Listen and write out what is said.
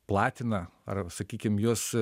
platina ar sakykim juos